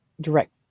direct